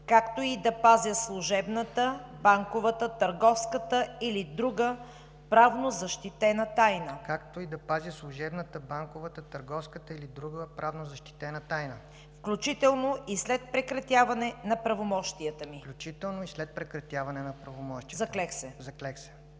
както и да пазя служебната, банковата, търговската или друга правно защитена тайна, включително и след прекратяване на правомощията ми. Заклех се!“